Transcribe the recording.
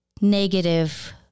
negative